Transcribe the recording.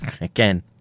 Again